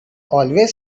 always